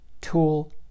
tool